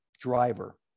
driver